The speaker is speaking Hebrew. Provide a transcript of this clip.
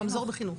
רמזור בחינוך.